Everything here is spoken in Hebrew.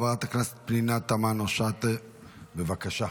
חברת הכנסת פנינה תמנו שטֶה, בבקשה.